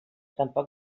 tampoc